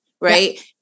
Right